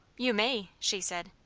you may, she said.